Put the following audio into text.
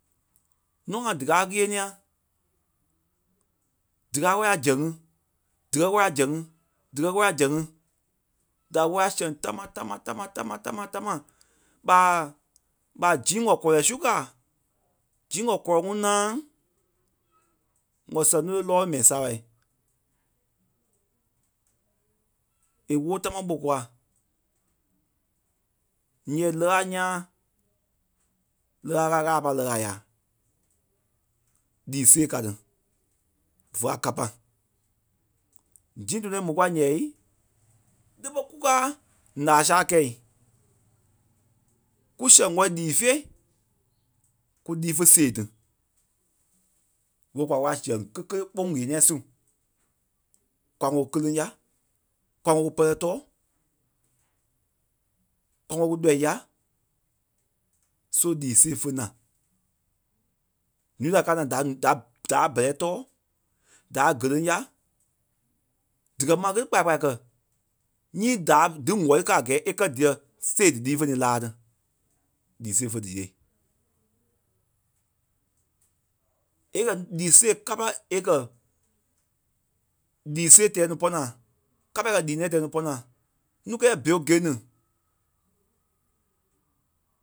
Nûa ŋa díkaa ɣeniɛ díkaa wɛ́lii a zɛŋ ŋi, díkɛ wɛli a zɛŋ ŋi, díkɛ wɛli a zɛŋ ŋi da wɛ́lii a sɛŋ táma, táma, táma, táma, táma, táma, táma, táma. ɓaa, ɓa Zĩi ŋɔ kɔlɔi su kàa Zĩi ŋɔ kɔlɔi ŋuŋ náaŋ ŋɔ sɛŋ lónoi lɔ́lɔlu mɛi saaɓai. È wóo támaa ɓò kûa ǹyɛɛ lɛɣɛ a ńyãa, lɛɣɛ a ɣâla, ɣâla a pâi lɛɣɛi a yá lii sêe ká tí vé a kâpa. Zĩi tɔnɔi è mò kûa ǹyɛɛi, lé ɓé kúkaa ǹaa sâa kɛ̂i? Kú sɛŋ ŋwɛli lii fêi? Kú líi fé sèe ti, ɓikɔ kwa wɛ́lii a zɛŋ ké kéle kpɔ́ ŋ̀éniɛi su. Kwa ŋ̀wɛlii kú kéleŋ yá, Kwa ŋ̀wɛlii kú pɛ́rɛ tɔ́ɔ, Kwa ŋ̀wɛlii kú lɔɔi yá, só lii sêe fé na. Ǹúui da ɣá káa naa da- da- da bɛ́rɛi tɔ̀ɔ da géleŋ yà díkɛ mákiti kpaya kpaya kɛ̀ nyii daâ- dí ŋ̀wɛli kɛ a gɛ́ɛ é kɛ́ dîɛ sêe dílii fé niî laa ni, lii sêe fé díyêei. Èei kɛ̀- lii sêe kâpa- èei kɛ̀ lii sêe tɛɛi núu pɔ́naa- kâpa èei kɛ̀ lii nɛ̃ɛ tɛɛi núu pɔ́naa núu kɛ́ɛ yɛ̂ɛ Bill Gates ni.